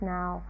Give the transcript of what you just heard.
now